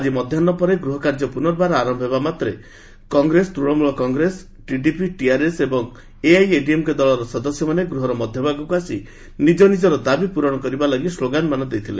ଆଜି ମଧ୍ୟାହ୍ୱ ପରେ ଗୃହକାର୍ଯ୍ୟ ପୁନର୍ବାର ଆରମ୍ଭ ହେବାମାତ୍ରେ କଂଗ୍ରେସ ତୃଶମୂଳ କଂଗ୍ରେସ ଟିଡିପି ଟିଆର୍ଏସ୍ ଏବଂ ଏଆଇଏଡିଏମ୍କେ ଦଳର ସଦସ୍ୟମାନେ ଗୃହର ମଧ୍ୟଭାଗକୁ ଆସି ନିଜ ନିଜର ଦାବି ପରଣ କରିବାଲାଗି ସ୍କୋଗାନମାନ ଦେଇଥିଲେ